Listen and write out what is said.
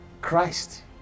Christ